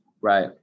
Right